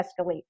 escalate